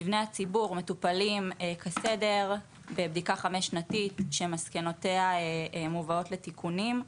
מבני הציבור מטופלים כסדר בבדיקה חמש-שנתית שמסקנותיה מובאות לתיקונים.